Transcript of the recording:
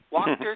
Walker